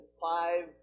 five